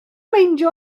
meindio